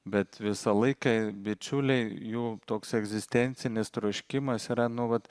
bet visą laiką bičiuliai jų toks egzistencinis troškimas yra nuolat